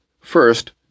First